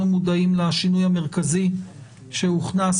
עוברים לדיון היותר חשוב ומרכזי והוא בתקנות התו הירוק.